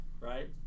right